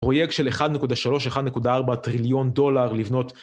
פרוייקט של 1.3-1.4 טריליון דולר לבנות...